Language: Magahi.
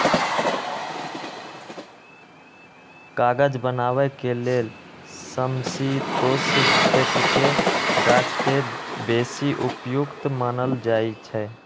कागज बनाबे के लेल समशीतोष्ण क्षेत्रके गाछके बेशी उपयुक्त मानल जाइ छइ